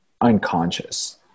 unconscious